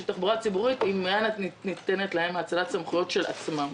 תחבורה ציבורית אם הייתה ניתנת להם האצלת סמכויות של עצמן.